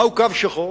מהו הקו השחור?